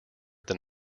than